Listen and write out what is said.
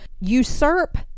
usurp